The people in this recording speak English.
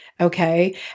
okay